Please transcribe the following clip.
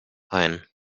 ein